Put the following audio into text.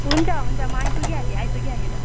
हुन्छ हुन्छ म आइपुगिहालेँ आइपुगिहालेँ